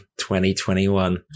2021